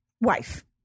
wife